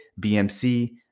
BMC